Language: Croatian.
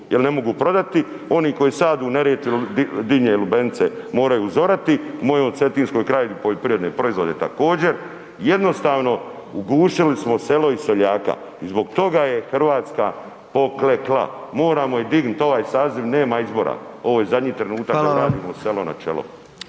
jer ne mogu prodati, oni koji sade u Neretvi ili dinje i lubenice moraju uzorati, u mojoj Cetinskoj krajini poljoprivredne proizvode također, jednostavno ugušili smo selo i seljaka i zbog toga je Hrvatska poklekla. Moramo je digniti ovaj saziv, nema izbora. Ovo je zadnji trenutak da .../Govornik se